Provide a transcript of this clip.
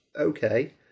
okay